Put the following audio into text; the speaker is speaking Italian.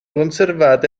conservate